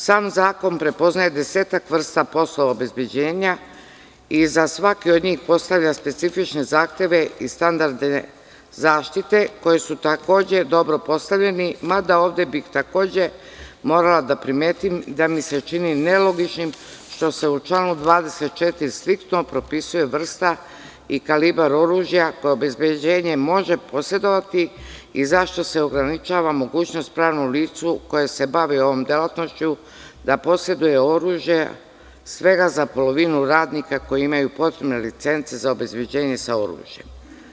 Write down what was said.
Sam zakon prepoznaje desetak vrsta poslova obezbeđenja i za svaki od njih postavlja specifične zahteve i standarde zaštite koji su takođe dobro postavljeni, mada ovde bih takođe morala da primeti da mi se čini nelogičnim što se u članu 24. striktno propisuje vrsta i kalibar oružja koje obezbeđenje može posedovati, i zašto se ograničava mogućnost pravnom licu koje se bavi ovom delatnošću da poseduje oružje, svega za polovinu radnika koji imaju potrebne licence za obezbeđenje sa oružjem.